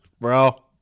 Bro